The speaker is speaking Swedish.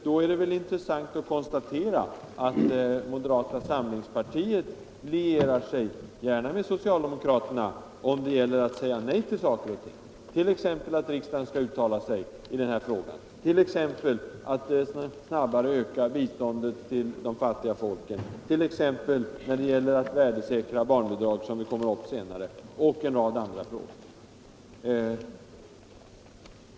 Då är det intressant att konstatera att moderata samlingspartiet gärna lierar sig med socialdemokraterna om det gäller att säga nej till saker och ting, t.ex. att riksdagen skall uttala sig i den här frågan, eller när det gäller att snabbare öka biståndet till de fattiga folken, att värdesäkra barnbidragen liksom i en rad andra frågor.